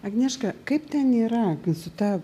agnieška kaip ten yra k su ta